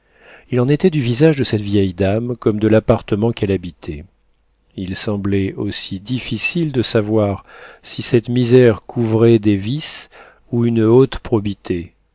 il en était du visage de cette vieille dame comme de l'appartement qu'elle habitait il semblait aussi difficile de savoir si cette misère couvrait des vices ou une haute probité